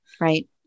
right